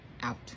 out